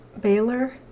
Baylor